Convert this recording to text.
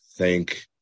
Thank